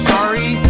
Sorry